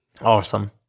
Awesome